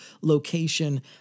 location